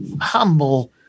humble